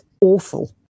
awful